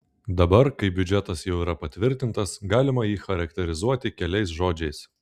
dabar kai biudžetas jau yra patvirtintas galima jį charakterizuoti keliais žodžiais